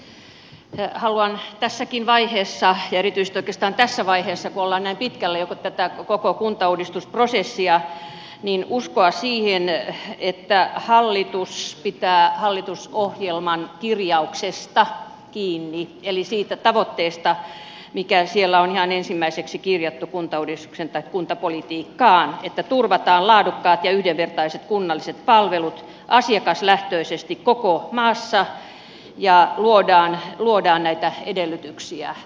haluan tässäkin vaiheessa ja erityisesti oikeastaan tässä vaiheessa kun ollaan näin pitkällä jo tätä koko kuntauudistusprosessia uskoa siihen että hallitus pitää hallitusohjelman kirjauksesta kiinni eli siitä tavoitteesta mikä siellä on ihan ensimmäiseksi kirjattu kuntapolitiikkaan että turvataan laadukkaat ja yhdenvertaiset kunnalliset palvelut asiakaslähtöisesti koko maassa ja luodaan näitä edellytyksiä